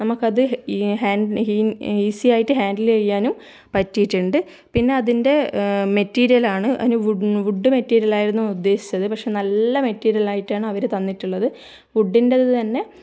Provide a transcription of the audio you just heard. നമുക്കത് ഈ ഹാൻഡ് ഹിൻ ഈസി ആയിട്ട് ഹാൻഡിൽ ചെയ്യാനും പറ്റിയിട്ടുണ്ട് പിന്നെ അതിൻ്റെ മെറ്റീരിയലാണ് അതിനു വുഡ് വുഡ് മെറ്റീരിയലായിരുന്നു ഉദ്ദേശിച്ചത് പക്ഷേ നല്ല മെറ്റീരിയലായിട്ടാണ് അവർ തന്നിട്ടുള്ളത് വുഡിൻ്റതു തന്നെ